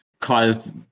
caused